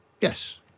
yes